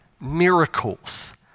miracles